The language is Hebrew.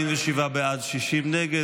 הסתייגות 63 לחלופין ג לא נתקבלה 47 בעד, 60 נגד.